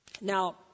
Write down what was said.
Now